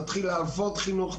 נתחיל לעבוד חינוך,